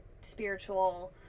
spiritual